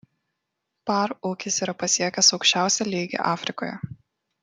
par ūkis yra pasiekęs aukščiausią lygį afrikoje